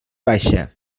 baixa